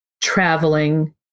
traveling